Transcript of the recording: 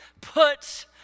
Put